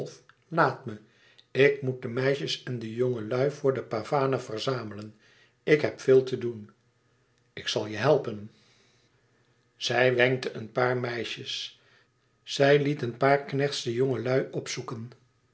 laat me ik moet de meisjes en de jongelui voor de pavane verzamelen ik heb veel te doen ik zal je helpen zij wenkte een paar meisjes zij liet een paar knechts de jongelui opzoeken